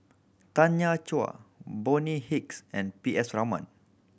Tanya Chua Bonny Hicks and P S Raman